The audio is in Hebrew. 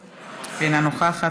נוכחת,